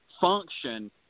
function